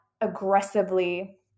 aggressively